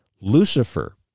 Lucifer